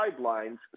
guidelines